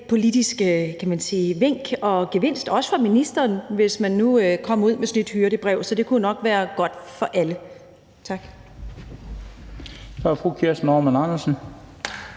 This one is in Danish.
vink eller en gevinst også for ministeren, hvis man nu kom ud med sådan et hyrdebrev. Så det kunne jo nok være godt for alle. Tak.